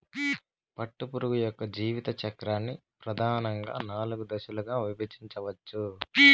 పట్టుపురుగు యొక్క జీవిత చక్రాన్ని ప్రధానంగా నాలుగు దశలుగా విభజించవచ్చు